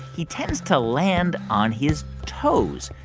he tends to land on his toes.